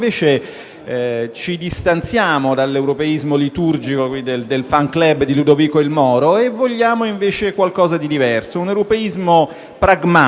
ci distanziamo dall'europeismo liturgico del *fan club* di Ludovico il Moro e vogliamo qualcosa di diverso: un europeismo pragmatico.